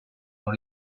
dans